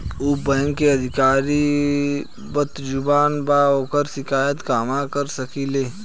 उ बैंक के अधिकारी बद्जुबान बा ओकर शिकायत कहवाँ कर सकी ले